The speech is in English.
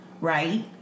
right